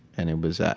and it was ah